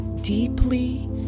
deeply